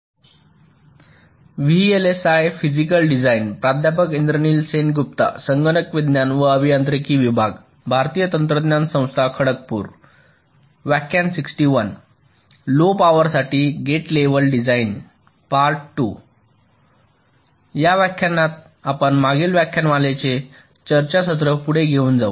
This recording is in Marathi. या व्याख्यानात आपण मागील व्याख्यानमालेचे चर्चासत्र पुढे घेऊन जाऊ